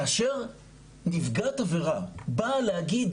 כאשר נפגעת עבירה באה להגיד